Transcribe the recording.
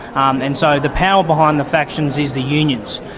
um and so the power behind the factions is the unions,